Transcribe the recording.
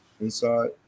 Inside